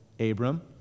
Abram